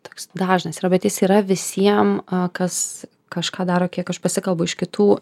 toks dažnas yra bet jis yra visiem a kas kažką daro kiek aš pasikalbu iš kitų